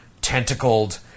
tentacled